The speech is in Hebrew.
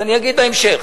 אז אני אגיד בהמשך.